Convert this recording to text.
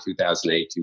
2008